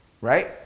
right